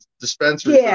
dispensers